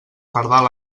pardal